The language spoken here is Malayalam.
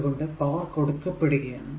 അത് കൊണ്ട് പവർ കൊടുക്കപ്പെടുകയാണ്